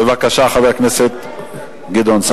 בבקשה, חבר הכנסת גדעון סער.